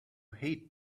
hate